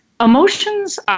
Emotions